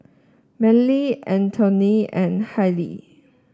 Manly Anthoney and Hailie